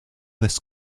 this